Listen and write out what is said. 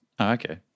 Okay